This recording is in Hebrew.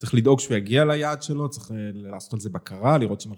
צריך לדאוג שהוא יגיע ליעד שלו צריך לעשות על זה בקרה לראות